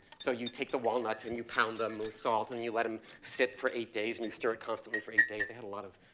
so you take the walnuts and you pound them with salt. and you let them sit for eight days. and you stir it constantly for eight days. they have a lot of,